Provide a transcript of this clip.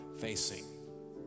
facing